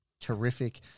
terrific